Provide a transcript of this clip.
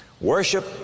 Worship